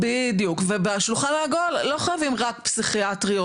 בדיוק, ובשולחן העגול לא חייבים רק פסיכיאטריות.